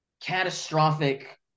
catastrophic